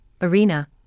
Arena